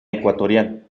ecuatorial